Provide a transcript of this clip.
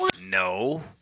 no